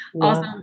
Awesome